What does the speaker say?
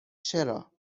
چرا